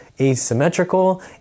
asymmetrical